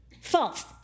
False